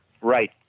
Right